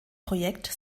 projekt